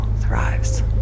thrives